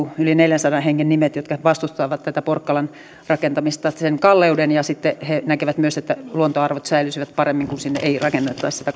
yli neljänsadan hengen nimet jotka vastustavat tätä porkkalan rakentamista sen kalleuden vuoksi ja sitten he näkevät myös että luontoarvot säilyisivät paremmin kun sinne ei rakennettaisi sitä